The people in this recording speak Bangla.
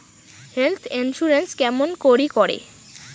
হেল্থ ইন্সুরেন্স কেমন করি করে?